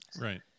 right